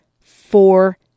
four